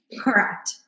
Correct